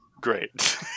great